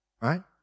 Right